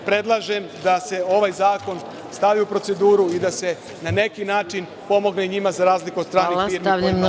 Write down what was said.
Predlažem da se ovaj zakon stavi u proceduru i da se na neki način pomogne njima, za razliku od stranih firmi kojima…